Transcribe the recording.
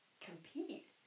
compete